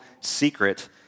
secret